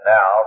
Now